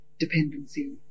dependency